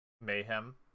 Mayhem